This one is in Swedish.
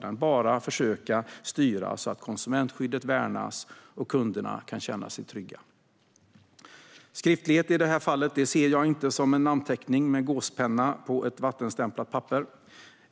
Vi kan bara försöka styra så att konsumentskyddet värnas och kunderna kan känna sig trygga. Skriftlighet ser jag i det här fallet inte som en namnteckning med gåspenna på ett vattenstämplat papper